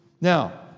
Now